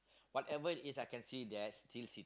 whatever is I can see that still see